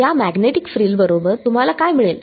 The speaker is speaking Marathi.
या मॅग्नेटिक फ्रिलबरोबर तुम्हाला काय मिळेल